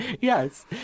Yes